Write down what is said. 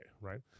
right